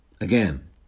Again